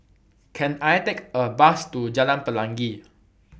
Can I Take A Bus to Jalan Pelangi